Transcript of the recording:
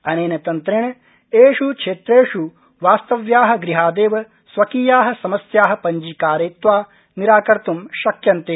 अनेन तन्त्रेण एष् क्षेत्रेष् वास्तव्या गृहादेव स्वकीया समस्या पञ्जीकारयित्वा निराकर्त् शक्यन्ते